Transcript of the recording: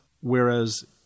Whereas